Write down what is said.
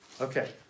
Okay